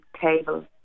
table